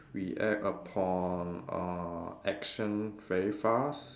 react upon uh action very fast